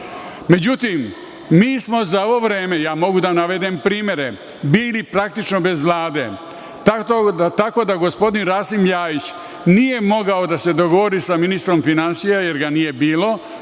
Vlade.Međutim, za ovo vreme, mogu da navedem primere, bili praktično bez Vlade. Gospodin Rasim Ljajić nije mogao da se dogovori sa ministrom finansija, jer ga nije bilo,